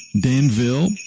Danville